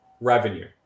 revenue